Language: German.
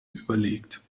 überlegt